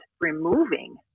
removing